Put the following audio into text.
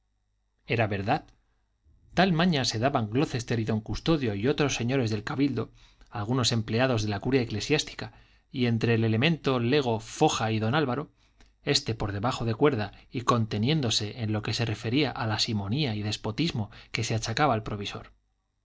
crece era verdad tal maña se daban glocester y don custodio y otros señores del cabildo algunos empleados de la curia eclesiástica y entre el elemento lego foja y don álvaro este por debajo de cuerda y conteniéndose en lo que se refería a la simonía y despotismo que se achacaba al provisor